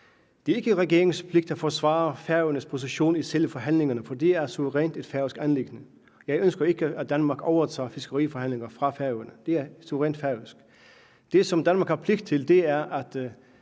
Det er ikke regeringens pligt at forsvare Færøernes position i selve forhandlingerne, for det er suverænt et færøsk anliggende. Jeg ønsker ikke, at Danmark overtager fiskeriforhandlingerne for Færøerne, det er suverænt færøsk. Det, som Danmark har pligt til, er at